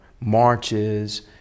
marches